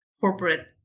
corporate